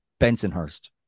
Bensonhurst